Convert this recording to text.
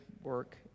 work